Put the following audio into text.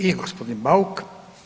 I gospodin Bauk.